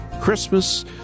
christmas